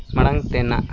ᱢᱟᱲᱟᱝ ᱛᱮᱱᱟᱜ